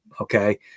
Okay